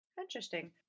Interesting